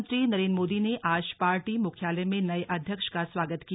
प्रधानमंत्री नरेंद्र मोदी आज पार्टी मुख्यालय में नए अध्यक्ष का स्वागत किया